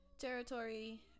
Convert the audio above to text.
Territory